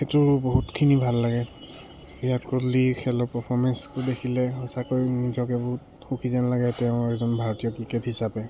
সেইটো বহুতখিনি ভাল লাগে বিৰাট কোহলি খেলৰ পাৰফৰ্মেঞ্চটো দেখিলে সঁচাকৈ নিজকে বহুত সুখী যেন লাগে তেওঁ এজন ভাৰতীয় ক্ৰিকেট হিচাপে